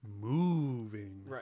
moving